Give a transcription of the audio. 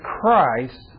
Christ